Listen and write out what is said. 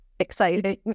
exciting